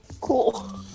cool